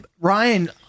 Ryan